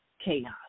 chaos